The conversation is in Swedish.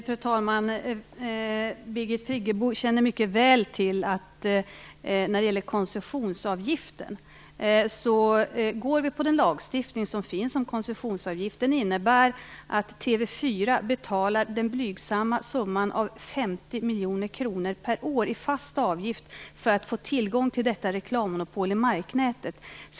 Fru talman! Birgit Friggebo känner mycket väl till att vi när det gäller koncessionsavgiften följer den lagstiftning som finns om koncessionsavgifter. Den innebär att TV 4 betalar den blygsamma summan av 50 miljoner kronor per år i fast avgift för att få tillgång till reklammonopol i marknätet.